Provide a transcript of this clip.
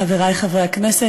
חברי חברי הכנסת,